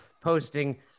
posting